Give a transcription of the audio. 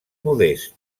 modest